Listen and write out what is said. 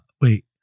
Wait